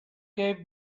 gave